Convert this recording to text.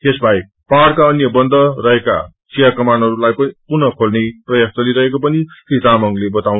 यो बाहेक पहाड़का अन्य बन्द रहेका चिया बगानहरूलाई पुनः खेल्ने प्रयास चलिरहेको पनि श्री तामंगले बताएका छन्